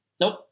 nope